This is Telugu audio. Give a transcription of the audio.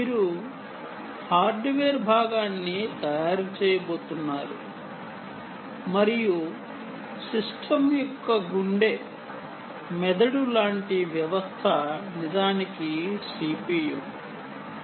మీరు హార్డ్వేర్ భాగాన్ని తయారు చేయబోతున్నారు మరియు సిస్టమ్ యొక్క గుండె మెదడు లాంటి వ్యవస్థ నిజానికి CPU